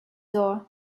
door